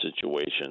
situation